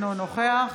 אינו נוכח